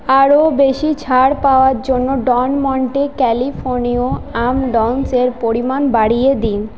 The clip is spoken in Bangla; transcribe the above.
আরও বেশি ছাড় পাওয়ার জন্য ডন মন্টে ক্যালিফোর্নিয়া আমন্ডসের পরিমাণ বাড়িয়ে দিন